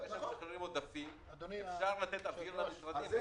אם אתם משחררים עודפים אפשר לתת אוויר למשרדים,